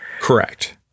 correct